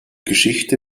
geschichte